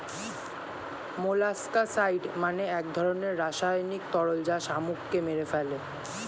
molluscicide মানে এক ধরনের রাসায়নিক তরল যা শামুককে মেরে ফেলে